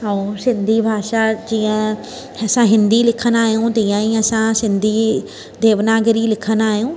ऐं सिंधी भाषा जीअं असां हिंदी लिखंदा आहियूं तीअं ई असां सिंधी देवनागरी लिखंदा आहियूं